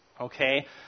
Okay